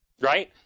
right